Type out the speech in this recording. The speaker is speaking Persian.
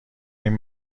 این